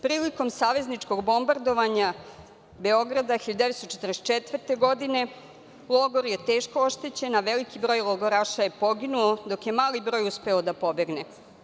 Prilikom savezničkog bombardovanja Beograda 1944. godine, logor je teško oštećen, a veliki broj logoraša je poginuo, dok je mali broj uspeo da pobegne.